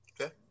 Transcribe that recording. Okay